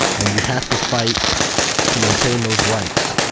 and you have to fight to maintain those rights.